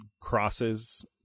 crosses